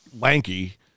lanky